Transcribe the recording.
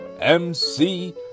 MC